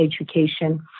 education